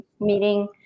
meeting